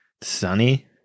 sunny